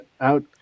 out